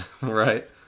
Right